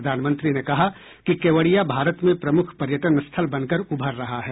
प्रधानमंत्री ने कहा कि केवड़िया भारत में प्रमुख पर्यटन स्थल बनकर उभर रहा है